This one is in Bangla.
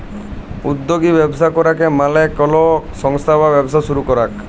উদ্যগী ব্যবস্থা করাক মালে কলো সংস্থা বা ব্যবসা শুরু করাক